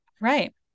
Right